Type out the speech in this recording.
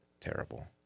terrible